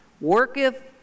worketh